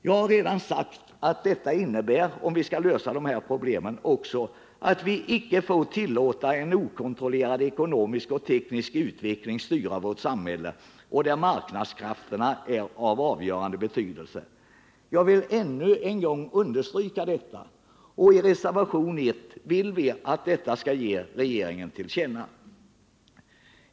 Jag har redan sagt att detta —om vi skall lösa dessa problem — också innebär att vi icke får tillåta en okontrollerad ekonomisk och teknisk utveckling, där marknadskrafterna är av avgörande betydelse, att styra vårt samhälle. Jag vill ännu en gång understryka detta. I reservationen 1 vill vi att detta skall ges regeringen till känna.